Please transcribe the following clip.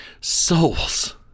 souls